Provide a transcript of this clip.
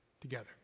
together